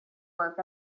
work